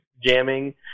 jamming